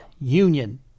union